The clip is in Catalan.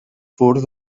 furs